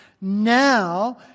now